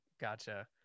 gotcha